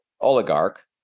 oligarch